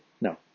no